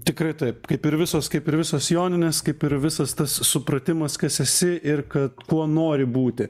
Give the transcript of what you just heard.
tikrai taip kaip ir visos kaip ir visos joninės kaip ir visas tas supratimas kas esi ir kad kuo nori būti